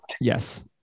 Yes